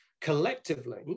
collectively